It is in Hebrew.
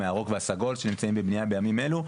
והקווים הירוק והסגול שנמצאים בבנייה בימים אלה.